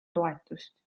toetust